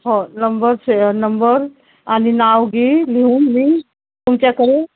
हो नंबर से नंबर आणि नाव घेईन लिहून मी तुमच्याकडे